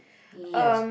yes